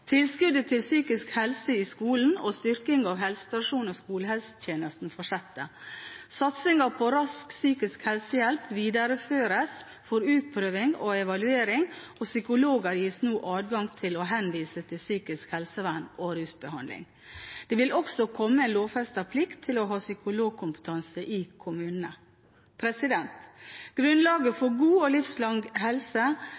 Tilskuddet til psykisk helse i skolen og styrkingen av helsestasjons- og skolehelsetjenesten fortsetter. Satsingen på rask psykisk helsehjelp videreføres for utprøving og evaluering, og psykologer gis nå adgang til å henvise til psykisk helsevern og rusbehandling. Det vil også komme en lovfestet plikt til å ha psykologkompetanse i kommunene. Grunnlaget for god og livslang helse